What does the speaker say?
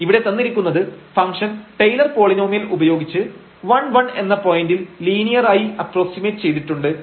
ഇവിടെ തന്നിരിക്കുന്നത് function Taylor polynomial ഉപയോഗിച്ച് 11 എന്ന പോയന്റിൽ ലീനിയറായി അപ്പ്രോക്സിമെറ്റ് ചെയ്തിട്ടുണ്ട്